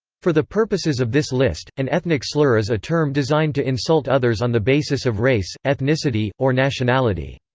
for the purposes of this list, an ethnic slur is a term designed to insult others on the basis of race, ethnicity, or nationality.